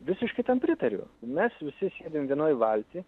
visiškai tam pritariu mes visi sėdim vienoj valty